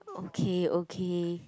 okay okay